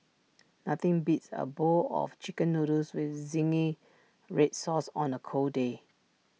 nothing beats A bowl of Chicken Noodles with Zingy Red Sauce on A cold day